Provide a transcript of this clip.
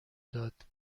داد